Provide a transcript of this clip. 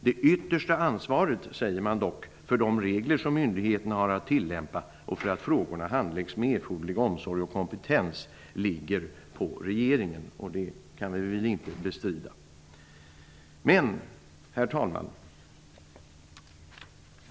Det yttersta ansvaret, säger man dock, för de regler som myndigheterna har att tillämpa och för att frågorna handläggs med erforderlig omsorg och kompetens ligger på regeringen. Det kan vi väl inte bestrida. Herr talman!